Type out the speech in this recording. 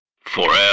Forever